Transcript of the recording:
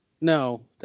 No